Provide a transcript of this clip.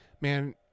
man